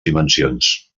dimensions